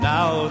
Now